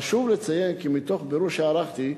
חשוב לציין כי מתוך בירור שערכתי,